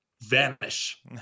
vanish